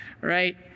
Right